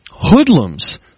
hoodlums